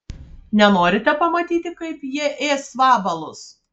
nenorite pamatyti kaip jie ės vabalus